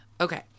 Okay